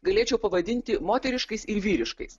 galėčiau pavadinti moteriškais vyriškais